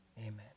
Amen